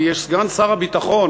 כי יש סגן שר הביטחון,